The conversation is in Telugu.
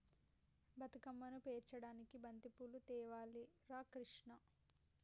బతుకమ్మను పేర్చడానికి బంతిపూలు తేవాలి రా కిష్ణ